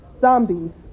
zombies